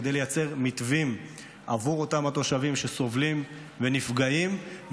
כדי לייצר מתווים עבור אותם התושבים שסובלים ונפגעים,